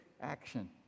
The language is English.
action